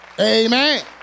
amen